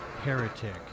Heretic